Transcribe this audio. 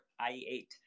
IE8